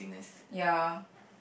ya